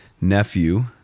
nephew